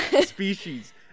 Species